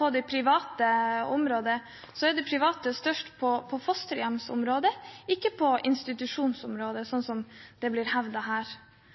På det private området er de private størst på fosterhjemsområdet, ikke på institusjonsområdet, som det blir hevdet her.